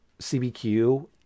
CBQ